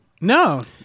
No